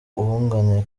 uwunganira